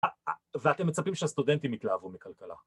‫אה, אה. ואתם מצפים שהסטודנטים ‫יתלהבו מכלכלה.